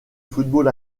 football